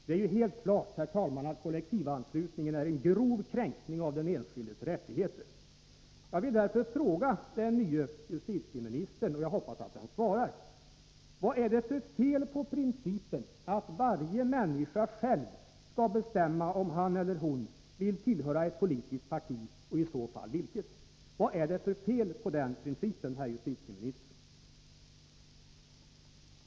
Det står helt klart, herr talman, att kollektivanslutningen är en grov kränkning av den enskildes rättigheter. Jag vill därför fråga den nye justitieministern, och jag hoppas att han svarar: Vad är det för fel på principen att varje människa själv skall bestämma om han eller hon vill tillhöra ett politiskt parti och i så fall vilket? Vad är det för fel på den principen, herr justitieminister?